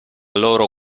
loro